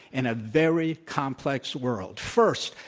in a very complex world. first,